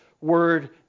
word